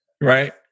Right